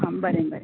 आ बरें बरें